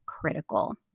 critical